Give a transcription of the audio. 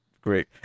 great